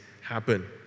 happen